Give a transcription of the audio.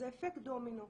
זה אפקט דומינו.